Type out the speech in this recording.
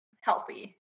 healthy